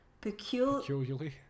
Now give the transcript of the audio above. peculiarly